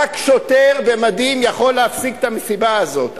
רק שוטר במדים יכול להפסיק את המסיבה הזאת.